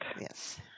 Yes